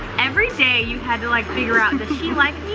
everyday you had to, like, figure out, and does she like me